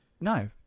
no